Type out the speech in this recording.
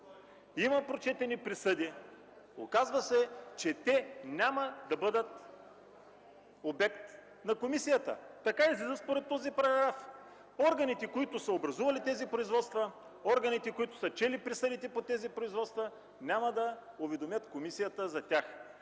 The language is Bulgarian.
има прочетени присъди, оказва се, че те няма да бъдат обект на комисията. Така излиза според този параграф. Органите, които са образували тези производства, органите, които са чели присъдите по тези производства, няма да уведомят комисията за тях.